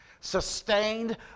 Sustained